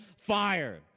fire